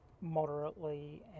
moderately